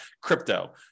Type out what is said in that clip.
crypto